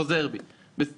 אני חוזר בי מן הביטוי.